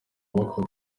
kuboko